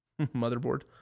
Motherboard